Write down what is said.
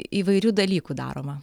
įvairių dalykų daroma